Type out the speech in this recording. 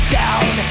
down